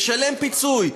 לשלם פיצוי,